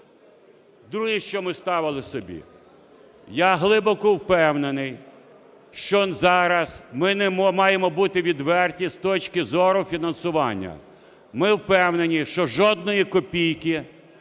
Друге, що ми ставили собі. Я глибоко впевнений, що зараз ми не маємо бути відверті з точки зору фінансування. Ми впевнені, що жодної копійки